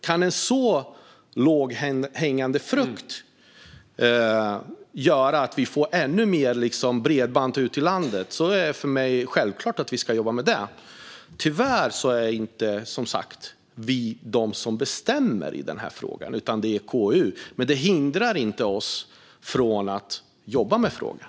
Om en så lågt hängande frukt kan göra att vi får ännu mer bredband ute i landet är det för mig självklart att vi ska jobba med det. Tyvärr är det inte vi som bestämmer i den här frågan, utan det är KU. Det hindrar oss dock inte från att jobba med frågan.